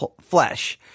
flesh